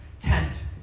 tent